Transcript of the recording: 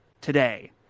today